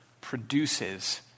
produces